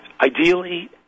Ideally